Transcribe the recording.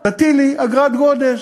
עכשיו תטילי אגרת גודש,